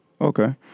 Okay